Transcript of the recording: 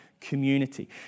community